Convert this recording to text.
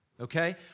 Okay